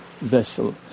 vessel